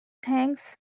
thanks